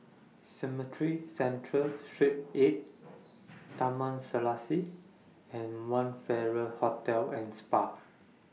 Cemetry Central Street eight Taman Serasi and one Farrer Hotel and Spa